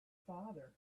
father